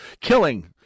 killing